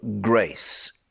grace